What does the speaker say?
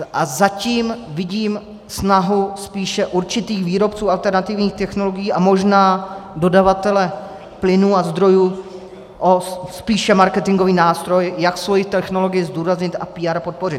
A zatím vidím snahu spíše určitých výrobců alternativních technologií a možná dodavatele plynů a zdrojů o spíše marketingový, nástroj jak svoji technologii zdůraznit a PR podpořit.